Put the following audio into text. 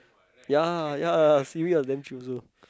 ya ya Siri was damn true also